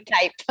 type